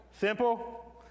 simple